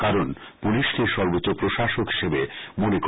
কারণ পুলিশকেই সর্বোচ্চ প্রশাসক হিসেবে মনে করে